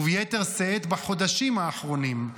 וביתר שאת בחודשים האחרונים,